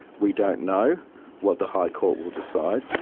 we don't know what the high court will decide,